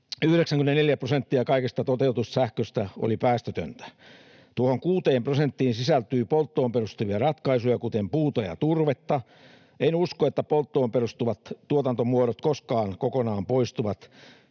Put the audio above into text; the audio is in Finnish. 94 prosenttia kaikesta tuotetusta sähköstä päästötöntä. Tuohon kuuteen prosenttiin sisältyy polttoon perustuvia ratkaisuja, kuten puuta ja turvetta. En usko, että polttoon perustuvat tuotantomuodot koskaan kokonaan poistuvat,